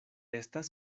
estas